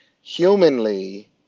humanly